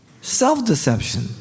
Self-deception